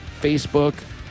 Facebook